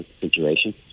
situation